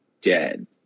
dead